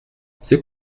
c’est